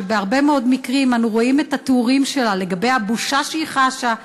שבהרבה מאוד מקרים אנחנו שומעים את התיאורים שלה לגבי הבושה שהיא חשה,